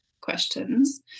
questions